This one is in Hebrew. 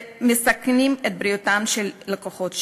ומסכנים את בריאות הלקוחות שלהם.